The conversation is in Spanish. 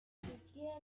siquiera